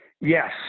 Yes